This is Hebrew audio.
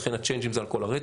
ולכן הצ'יינג'ים זה על כל הרצף,